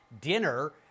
dinner